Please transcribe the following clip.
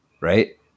Right